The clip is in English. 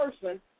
person